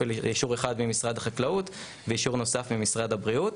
אישור אחד ממשרד החקלאות ואישור נוסף ממשרד הבריאות.